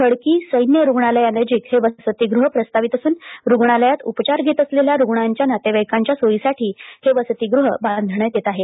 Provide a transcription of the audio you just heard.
खडकी सैन्य रुग्णालयानजिक हे वसतिगृह प्रस्तावित असून रुग्णालयात उपचार घेत असलेल्या रुग्णांच्या नातेवाईकां च्या सोईसाठी हे वसतिगृह बांधण्यात येत आहे